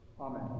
Amen